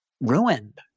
ruined